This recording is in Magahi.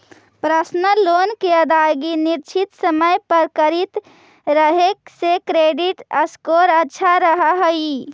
पर्सनल लोन के अदायगी निश्चित समय पर करित रहे से क्रेडिट स्कोर अच्छा रहऽ हइ